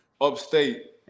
upstate